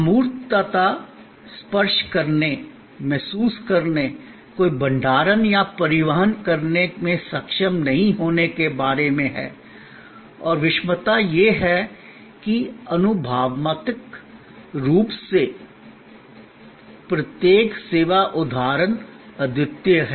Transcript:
अमूर्तता स्पर्श करने महसूस करने कोई भंडारण या परिवहन करने में सक्षम नहीं होने के बारे में है और विषमता यह है कि अनुभवात्मक रूप से प्रत्येक सेवा उदाहरण अद्वितीय है